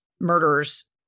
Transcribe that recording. Murders